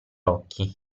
occhi